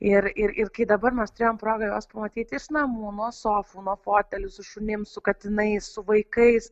ir ir ir kai dabar mes turėjom progą juos pamatyti iš namų nuo sofų nuo fotelių su šunim su katinais su vaikais